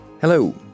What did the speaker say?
Hello